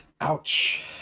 Ouch